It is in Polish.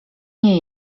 nie